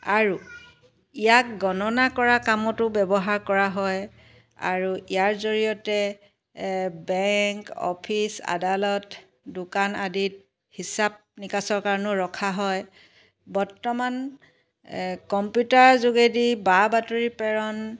আৰু ইয়াক গণনা কৰা কামতো ব্যৱহাৰ কৰা হয় আৰু ইয়াৰ জৰিয়তে বেংক অফিচ আদালত দোকান আদিত হিচাপ নিকাচৰ কাৰণেও ৰখা হয় বৰ্তমান কম্পিউটাৰ যোগেদি বা বাতৰি প্ৰেৰণ